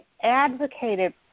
advocated